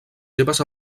seves